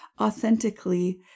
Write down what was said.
authentically